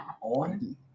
On